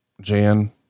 Jan